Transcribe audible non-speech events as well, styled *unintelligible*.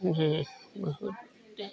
वह हैं *unintelligible*